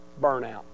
burnout